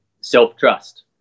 self-trust